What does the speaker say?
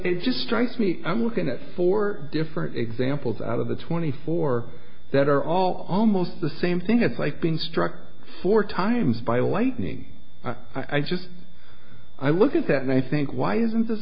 it just strikes me i'm looking at four different examples out of the twenty four that are all almost the same thing it's like being struck four times by lightning i just i look at that and i think why isn't this